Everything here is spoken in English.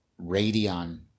Radeon